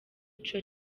ico